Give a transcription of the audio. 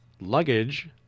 luggage